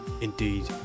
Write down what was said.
Indeed